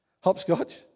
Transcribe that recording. Hopscotch